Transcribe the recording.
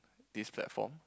this platform